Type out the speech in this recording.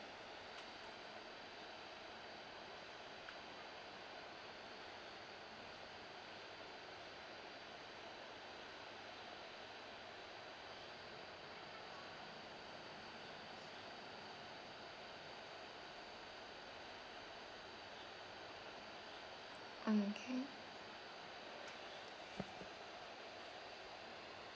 mm can